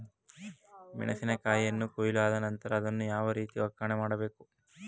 ಮೆಣಸಿನ ಕಾಯಿಯನ್ನು ಕೊಯ್ಲು ಆದ ನಂತರ ಅದನ್ನು ಯಾವ ರೀತಿ ಒಕ್ಕಣೆ ಮಾಡಬೇಕು?